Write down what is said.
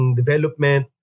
development